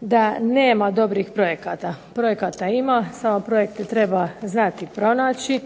da nema dobrih projekata. Projekata imaju samo projekte treba znati pronaći,